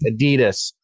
Adidas